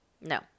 no